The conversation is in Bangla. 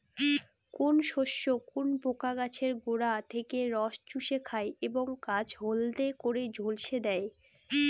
কোন শস্যে কোন পোকা গাছের গোড়া থেকে রস চুষে খায় এবং গাছ হলদে করে ঝলসে দেয়?